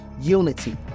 unity